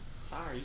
Sorry